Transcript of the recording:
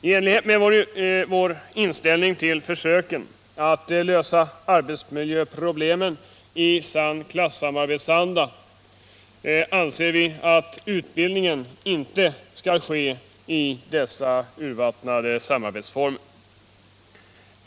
I enlighet med vår inställning till försöken att lösa arbetsmiljöproblemen i sann klassamarbetsanda anser vi att utbildningen inte skall ske i dessa urvattnade samarbetsformer.